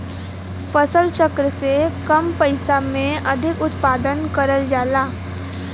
फसल चक्र से कम पइसा में अधिक उत्पादन करल जाला